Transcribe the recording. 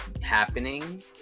happening